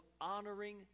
honoring